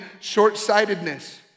short-sightedness